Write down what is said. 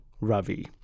Ravi